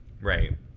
right